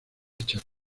chaco